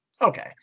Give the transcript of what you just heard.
okay